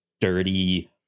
dirty